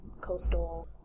coastal